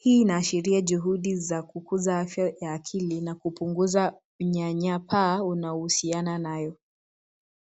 Hii inaashiria juhudi za kukuza afya ya akili na kupunguza unyanyapaa unaohusiana nayo.